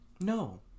No